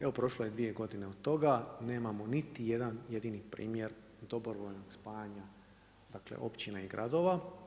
Evo prošlo je 2 godine od toga, nemamo niti jedan jedini primjer dobrovoljnog spajanja, dakle općina i gradova.